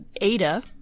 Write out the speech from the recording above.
Ada